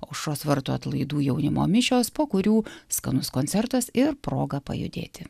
aušros vartų atlaidų jaunimo mišios po kurių skanus koncertas ir proga pajudėti